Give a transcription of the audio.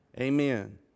Amen